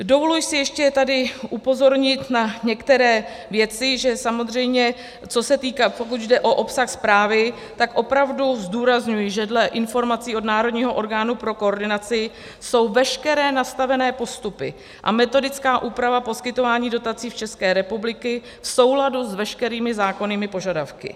Dovoluji si ještě tady upozornit na některé věci, že samozřejmě pokud jde o obsah zprávy, tak opravdu zdůrazňuji, že dle informací od národního orgánu pro koordinaci jsou veškeré nastavené postupy a metodická úprava poskytování dotací České republiky v souladu s veškerými zákonnými požadavky.